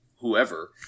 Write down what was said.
whoever